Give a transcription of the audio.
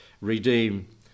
redeem